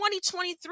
2023